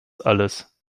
alles